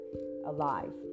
alive